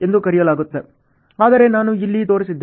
ಅದನ್ನೇ ನಾನು ಇಲ್ಲಿ ತೋರಿಸಿದ್ದೇನೆ